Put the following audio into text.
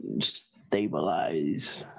stabilize